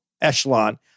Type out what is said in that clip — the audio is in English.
echelon